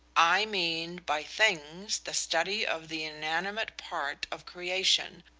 i mean by things the study of the inanimate part of creation,